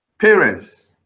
Parents